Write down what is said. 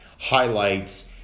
highlights